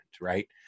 right